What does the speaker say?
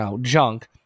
junk